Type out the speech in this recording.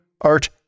art